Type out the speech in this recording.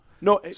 no